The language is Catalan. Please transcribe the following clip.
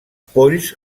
polls